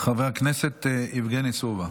חבר הכנסת יבגני סובה.